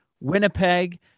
Winnipeg